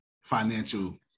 financial